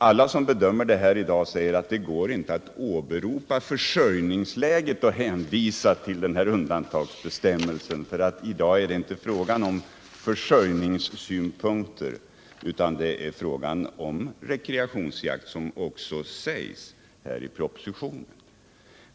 Alla som bedömer den här frågan säger att det går inte att i dag åberopa försörjningsläget och hänvisa till undantagsbestämmelsen. I dag är det inte fråga om försörjningssynpunkter utan om rekreationsjakt, vilket också sägs i propositionen.